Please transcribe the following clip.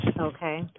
okay